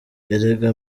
erega